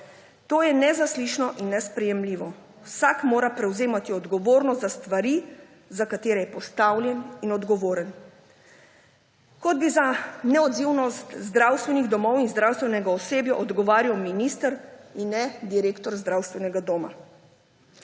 To je nezaslišano in nesprejemljivo. Vsak mora prevzemati odgovornost za stvari, za katere je postavljen in odgovoren. Kot bi za neodzivnost zdravstvenih domov in zdravstvenega osebja odgovarjal minister in ne direktor zdravstvenega doma.